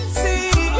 see